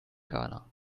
ghana